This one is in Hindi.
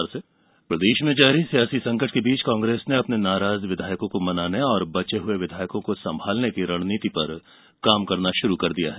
कांग्रेस बैठक प्रदेश में जारी सियासी संकट के बीच कांग्रेस ने अपने नाराज विधायको को मनाने और बचे हए विधायको को संभालने की रणनीति पर काम शुरू कर दिया है